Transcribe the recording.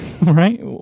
right